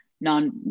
non